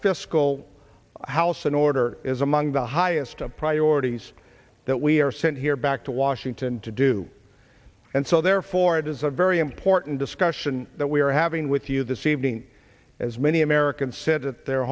fiscal house in order is among the highest priorities that we are sent here back to washington to do and so therefore it is a very important discussion that we are having with you this evening as many americans said at their